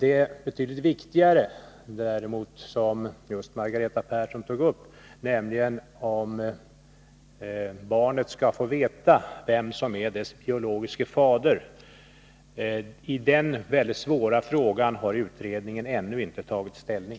En betydligt viktigare fråga, som också Margareta Persson tog upp, är om barnet skall få veta vem som är dess biologiske fader. Till den mycket svåra frågan har utredningen ännu inte tagit ställning.